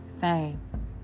Fame